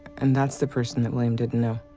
and that's the person that william didn't know.